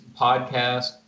podcast